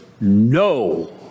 no